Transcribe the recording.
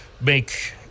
make